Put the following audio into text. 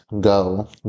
go